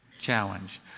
challenge